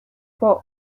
for